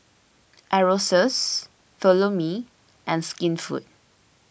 Aerosoles Follow Me and Skinfood